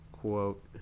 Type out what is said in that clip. quote